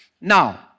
Now